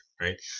Right